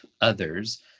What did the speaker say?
others